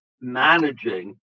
managing